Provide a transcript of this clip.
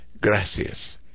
gracias